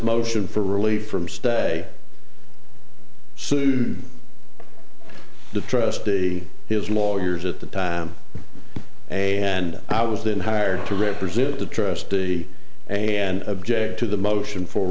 motion for relief from stay sued the trustee his lawyers at the time and i was then hired to represent the trustee and object to the motion for